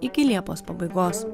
iki liepos pabaigos